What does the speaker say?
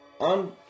on